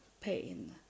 pain